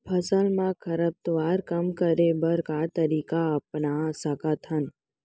फसल मा खरपतवार कम करे बर का तरीका अपना सकत हन?